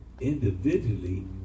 individually